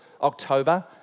October